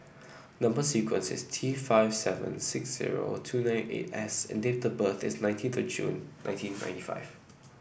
number sequence is T five seven six zero two nine eight S and date of birth is nineteenth June nineteen ninety five